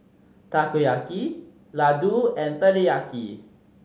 Takoyaki Ladoo and Teriyaki